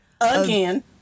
again